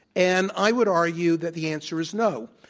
and i would argue that the answer is no.